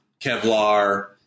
Kevlar